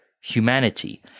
Humanity